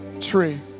tree